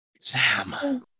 Sam